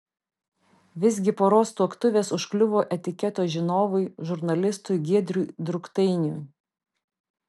visgi poros tuoktuvės užkliuvo etiketo žinovui žurnalistui giedriui drukteiniui